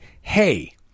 hey